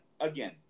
again